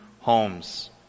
homes